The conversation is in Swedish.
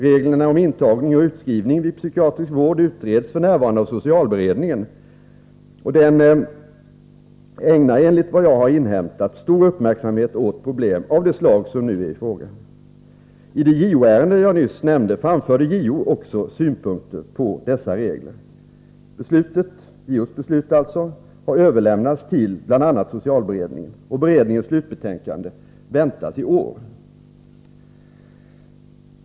Reglerna om intagning och utskrivning vid psykiatrisk vård utreds f. n. av socialberedningen som — enligt vad jag har inhämtat — ägnar stor uppmärksamhet åt problem av det slag som nu är i fråga. I det JO-ärende jag nyss nämnde framförde JO också synpunkter på dessa regler. Beslutet har överlämnats till bl.a. socialberedningen. Beredningens slutbetänkande väntas i år.